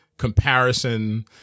comparison